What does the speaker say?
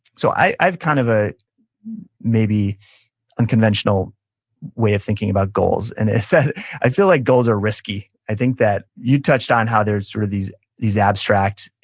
so i've kind of a maybe unconventional way of thinking about goals. and it's that i feel like goals are risky. i think that you touched on how they're sort of these these abstract,